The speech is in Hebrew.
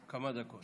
כמה דקות.